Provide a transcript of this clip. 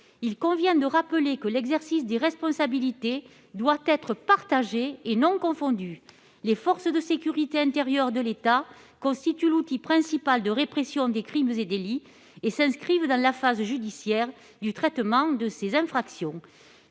il convient de rappeler que l'exercice des responsabilités doit être partagé et non confondu. Les forces de sécurité intérieure de l'État constituent l'outil principal de répression des crimes et délits et s'inscrivent dans la phase judiciaire du traitement de ces infractions